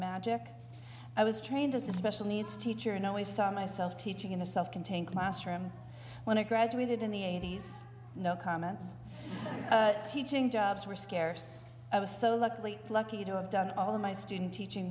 magic i was trained as a special needs teacher and i always saw myself teaching in a self contained classroom when i graduated in the eighty's no comments teaching jobs were scarce i was so luckily lucky to have done all of my student teaching